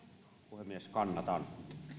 puhemies kannatan